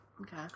Okay